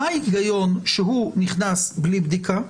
מה ההיגיון שהוא נכנס בלי בדיקה,